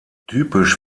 typisch